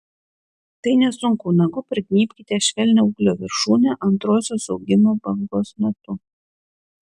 tai nesunku nagu prignybkite švelnią ūglio viršūnę antrosios augimo bangos metu